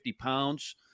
pounds